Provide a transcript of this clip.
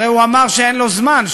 הרי הוא אמר שאין לו זמן.